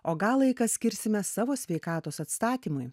o gal laiką skirsime savo sveikatos atstatymui